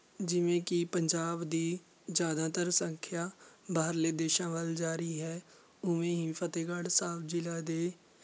ਜਿਵੇਂ ਕਿ ਪੰਜਾਬ ਦੀ ਜ਼ਿਆਦਾਤਰ ਸੰਖਿਆ ਬਾਹਰਲੇ ਦੇਸ਼ਾਂ ਵੱਲ ਜਾ ਰਹੀ ਹੈ ਉਵੇਂ ਹੀ ਫਤਿਹਗੜ੍ਹ ਸਾਹਿਬ ਜ਼ਿਲ੍ਹਾ ਦੇ